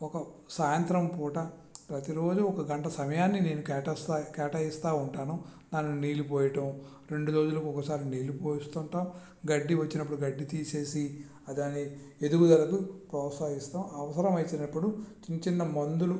ఒక సాయంత్రం పూట ప్రతిరోజు ఒక గంట సమయాన్ని నేను కేటాయిస్తూ ఉంటాను దానికి నీళ్ళు పోయడం రెండు రోజులకు ఒకసారి నీళ్లు పోస్తూ ఉంటాము గడ్డి వచ్చినప్పుడు గడ్డి తీసి దాని ఎదుగుదలకు ప్రోత్సహిస్తాము అవసరం వచ్చినప్పుడు చిన్న చిన్న మందులు